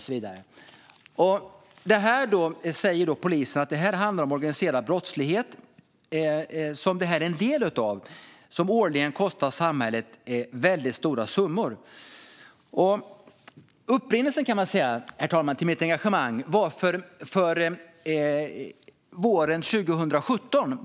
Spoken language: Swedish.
Polisen säger att detta är en del av en organiserad brottslighet som årligen kostar samhället väldigt stora summor. Upprinnelsen till mitt engagemang kom våren 2017.